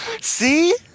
see